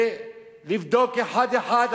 ולבדוק אחד-אחד,